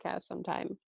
sometime